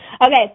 Okay